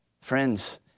Friends